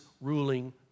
ruling